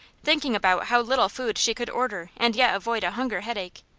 thinking about how little food she could order and yet avoid a hunger headache.